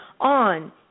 on